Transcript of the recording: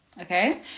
okay